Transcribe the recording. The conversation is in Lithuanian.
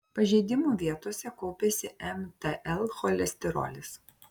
pažeidimų vietose kaupiasi mtl cholesterolis